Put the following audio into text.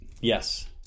Yes